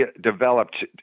developed